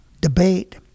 debate